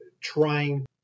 trying